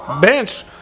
bench